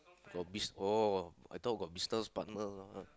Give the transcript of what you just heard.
got bus~ oh I thought got business partner lah